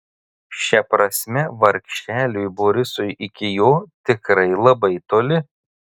šia prasme vargšeliui borisui iki jo tikrai labai toli